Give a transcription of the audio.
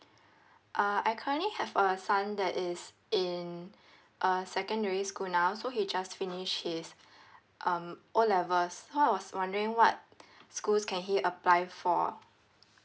uh I currently have a son that is in uh secondary school now so he just finished his um O levels so I was wondering what schools can he apply for